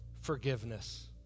forgiveness